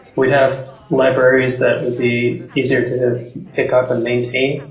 we'd have libraries that would be easier to pick up and maintain.